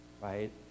right